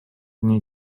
nii